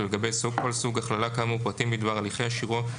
ולגבי כל סוג הכללה כאמור פרטים בדבר הליכי אישורו,